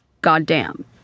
goddamn